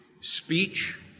speech